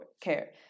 care